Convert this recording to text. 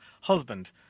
husband